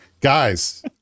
Guys